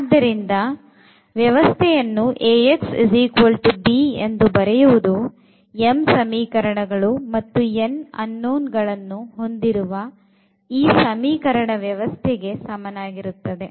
ಆದ್ದರಿಂದ ವ್ಯವಸ್ಥೆಯನ್ನು Axb ಎಂದು ಬರೆಯುವುದು m ಸಮೀಕರಣಗಳು ಮತ್ತು n unknown ಗಳನ್ನು ಹೊಂದಿರುವ ಈ ಸಮೀಕರಣ ವ್ಯವಸ್ಥೆಗೆ ಸಮನಾಗಿರುತ್ತದೆ